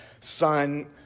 son